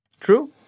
True